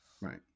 right